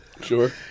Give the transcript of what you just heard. sure